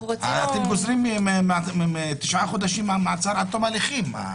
אתם גוזרים תשעה חודשים מעצר עד תום ההליכים.